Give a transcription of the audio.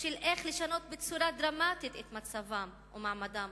של איך לשנות בצורה דרמטית את מצבם ומעמדם